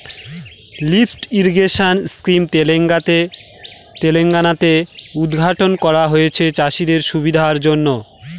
lift irrigation scheme Telangana তে উদ্ঘাটন করা হয়েছে চাষীদের সুবিধার জন্য